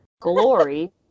glory